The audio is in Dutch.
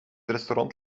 restaurant